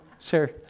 sure